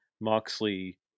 Moxley